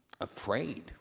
afraid